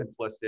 simplistic